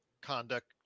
conduct